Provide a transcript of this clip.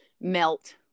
melt